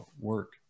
work